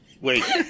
Wait